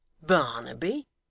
barnaby